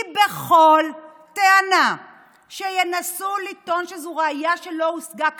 כי בכל טענה שינסו לטעון שזו ראיה שלא הושגה כחוק,